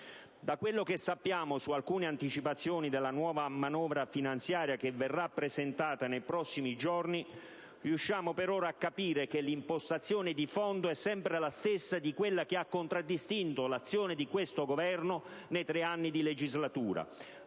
Da quello che sappiamo dalle anticipazioni sulla nuova manovra finanziaria che ci verrà presentata nei prossimi giorni, riusciamo a capire che l'impostazione di fondo è sempre la stessa, e cioè quella che ha contraddistinto l'azione di questo Governo nei tre anni di legislatura: